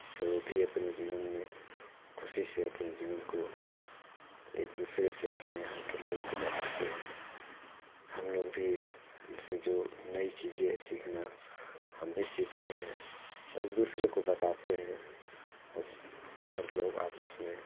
जैसे वो भी अपने जीवन में खुशी से अपने जीवन को एक दूसरे से अपने यहाँ के लोगों को बताते हैं हम लोग भी उनसे जो नई चीजें सीखना हम भी सीखते हैं एक दूसरे को बताते हैं और लोग आपस में